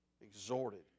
exhorted